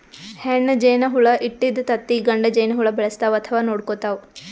ಹೆಣ್ಣ್ ಜೇನಹುಳ ಇಟ್ಟಿದ್ದ್ ತತ್ತಿ ಗಂಡ ಜೇನಹುಳ ಬೆಳೆಸ್ತಾವ್ ಅಥವಾ ನೋಡ್ಕೊತಾವ್